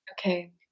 okay